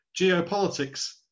geopolitics